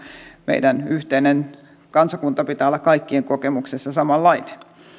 meidän yhteisen kansakuntamme pitää olla kaikkien kokemuksessa samanlainen